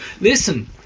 listen